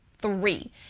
three